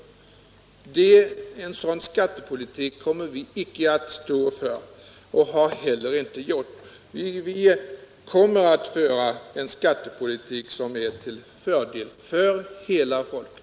En sådan skattepolitik kommer vi inte att stå för. Vi kommer att föra en skattepolitik, som är till fördel för hela folket.